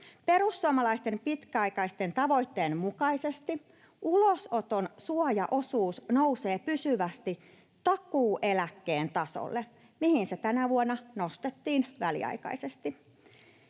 Perussuomalaisten pitkäaikaisen tavoitteen mukaisesti ulosoton suojaosuus nousee pysyvästi takuueläkkeen tasolle, mihin se tänä vuonna nostettiin väliaikaisesti.